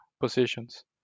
positions